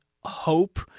hope